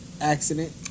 accident